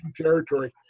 territory